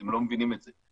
אתם לא מבינים את זה.